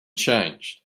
changed